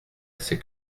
assez